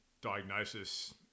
diagnosis